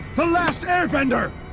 the last airbender!